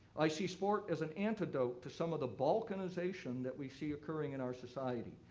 i see sport as an antidote to some of the balkanization that we see occurring in our society,